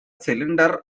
cylinder